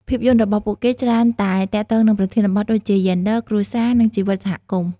ភាពយន្តរបស់ពួកគេច្រើនតែទាក់ទងនឹងប្រធានបទដូចជា យេនឌ័រ គ្រួសារ និងជីវិតសហគមន៍។